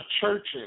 churches